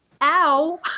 ow